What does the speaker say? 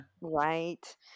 Right